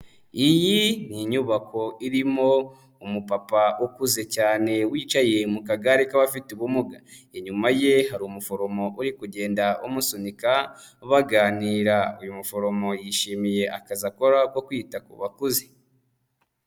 Iyi ni inyubako irimo umupapa ukuze cyane wicaye mu kagare k'abafite ubumuga, inyuma ye hari umuforomo uri kugenda umusunika baganira, uyu muforomo yishimiye akazi akora ko kwita ku bakozi.